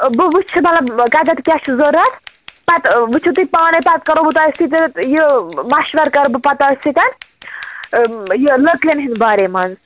بہٕ وُچھٕ مطلب کَتٮ۪تھ کیٛاہ چھُ ضروٗرت پتہٕ وُچھُو تُہۍ پانٕے پَتہٕ کَرَہو بہٕ تۄہہِ سۭتۍ یہِ مَشوَرٕ کَرٕ بہٕ پتہٕ تۄہہِ سۭتۍ یہِ لٔکٕرن ہٕنٛدِ بارے منٛز